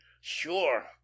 sure